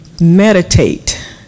Meditate